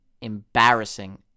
embarrassing